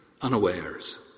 unawares